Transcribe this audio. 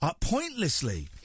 pointlessly